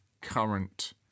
current